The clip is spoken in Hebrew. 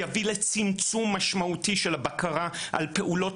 יביא לצמצום משמעותי של הבקרה על פעולות